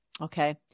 okay